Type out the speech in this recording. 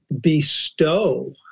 bestow